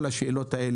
כל השאלות האלה,